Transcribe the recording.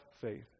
faith